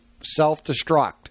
self-destruct